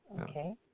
Okay